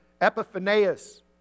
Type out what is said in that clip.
Epiphanius